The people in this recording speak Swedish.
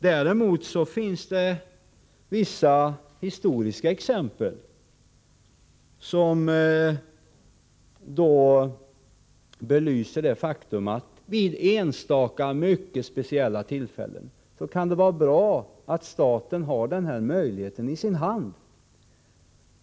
Däremot finns vissa historiska exempel som belyser det faktum att vid enstaka, mycket speciella tillfällen kan det vara bra att staten har denna möjlighet i sin hand.